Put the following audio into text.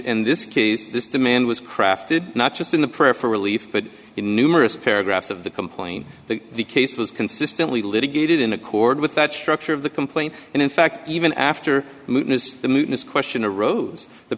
in this case this demand was crafted not just in the prayer for relief but the numerous paragraphs of the complain that the case was consistently litigated in accord with that structure of the complaint and in fact even after the mutinous question arose the